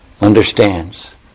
understands